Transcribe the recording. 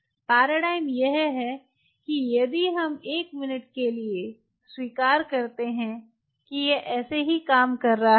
paradigm यह है कि यदि हम एक मिनट के लिए स्वीकार करते हैं कि यह ऐसे ही काम कर रहा है